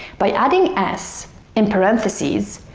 by adding s in parentheses,